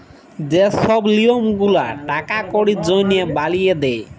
যে ছব লিয়ম গুলা টাকা কড়ির জনহে বালিয়ে দে